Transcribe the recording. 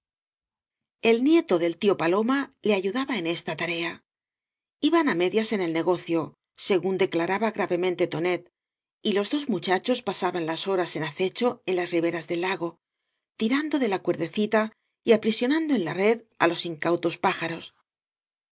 el nieto del tío paloma le ayudaba en esta tarea iban á medias en el negocio según declaraba gravemente tonet y lea dos muchachos pasaban las horas en acecho en las riberas del lago tirando de la cuerdecita y aprisionando en la red á los incautos pájaros